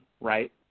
right